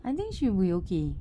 I think she will be okay